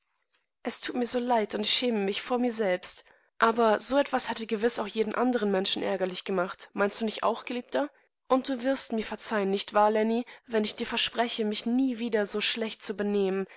es tut mir so leid und wie schäme ich mich vor mir selbst aber so etwas hätte gewiß auch jeden andern menschen ärgerlich gemacht meinst du nicht auch geliebter und du wirst mir verzeihen nicht wahr lenny wenn ich dir verspreche michniewiedersoschlechtzubenehmen wegenderalbernenflennendennärrinan